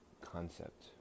concept